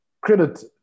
credit